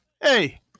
hey